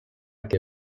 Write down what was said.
que